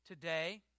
Today